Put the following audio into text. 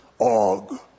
Og